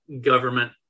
government